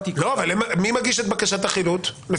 מי מגיש את בקשת החילוט?